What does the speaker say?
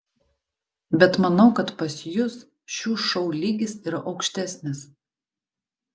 bet manau kad pas jus šių šou lygis yra aukštesnis